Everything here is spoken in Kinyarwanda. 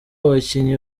abakinnyi